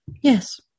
Yes